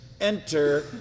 Enter